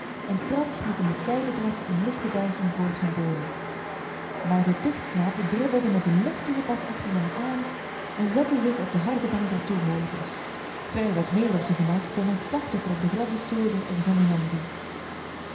en trad met een bescheiden tred en lichte buiging voor zijne beulen maar de tuchtknaap dribbelde met een luchtigen pas achter hem aan en zette zich op de harde bank der toehoorders vrij wat meer op zijn gemak dan het slachtoffer op den gladden stoel der